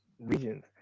regions